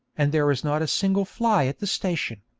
and there was not a single fly at the station.